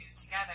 together